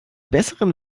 besseren